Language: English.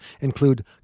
include